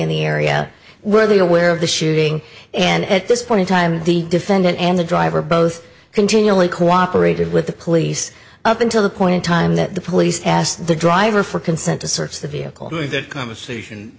in the area where they aware of the shooting and at this point in time the defendant and the driver both continually cooperated with the police up until the point in time that the police asked the driver for consent to search the vehicle that co